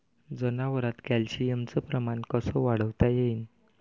जनावरात कॅल्शियमचं प्रमान कस वाढवता येईन?